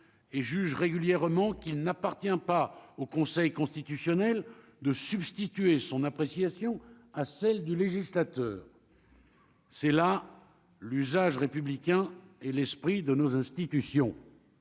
et juge régulièrement qu'il n'appartient pas au Conseil constitutionnel de substituer son appréciation à celle du législateur, c'est là l'usage républicain et l'esprit de nos institutions,